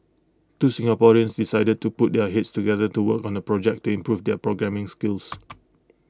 two Singaporeans decided to put their heads together to work on A project to improve their programming skills